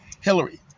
Hillary